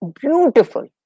beautiful